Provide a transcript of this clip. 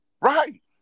Right